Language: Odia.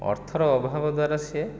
ଅର୍ଥର ଅଭାବ ଦ୍ୱାରା ସିଏ